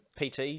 PT